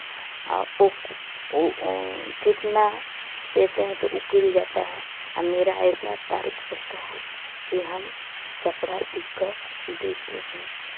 कितना सिलते हैं तो वो खुल जाता है आ मेरा ऐसा तारीफ करता है की हम कपड़ा सिल कर देती हूँ